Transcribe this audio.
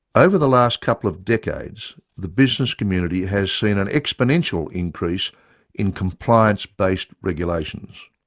over the last couple of decades the business community has seen an exponential increase in compliance-based regulations.